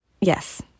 Yes